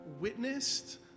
witnessed